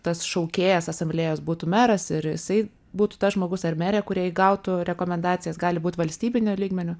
tas šaukėjas asamblėjos būtų meras ir jisai būtų tas žmogus ar merė kurie įgautų rekomendacijas gali būt valstybiniu lygmeniu